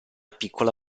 piccola